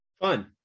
fun